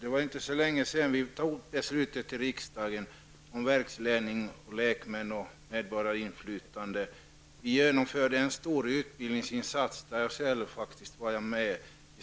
Det var inte så länge sedan beslutet fattades i riksdagen om medborgarinflytandet genom lekmän i verksledningar. En stor utbildningsinsats genomfördes -- jag var faktiskt med